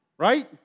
Right